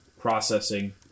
processing